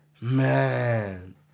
Man